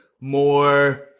more